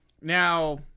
Now